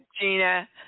Gina